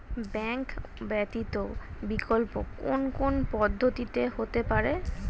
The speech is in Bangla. ব্যাংক ব্যতীত বিকল্প কোন কোন পদ্ধতিতে হতে পারে?